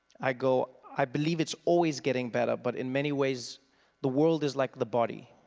i go i believe it's always getting better but in many ways the world is like the body.